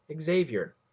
Xavier